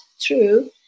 true